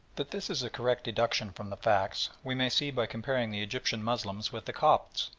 that this is a correct deduction from the facts, we may see by comparing the egyptian moslems with the copts,